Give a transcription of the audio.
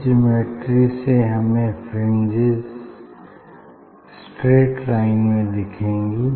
इस ज्योमेट्री में हमें फ्रिंजेस स्ट्रैट लाइन में दिखेंगी